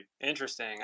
Interesting